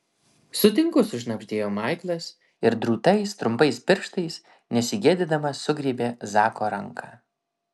sutinku sušnabždėjo maiklas ir drūtais trumpais pirštais nesigėdydamas sugriebė zako ranką